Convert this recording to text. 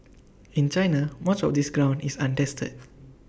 in China much of this ground is untested